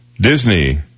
Disney